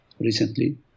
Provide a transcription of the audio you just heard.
recently